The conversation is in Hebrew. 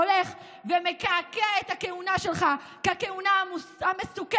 הולך ומקעקע את הכהונה שלך ככהונה המסוכנת,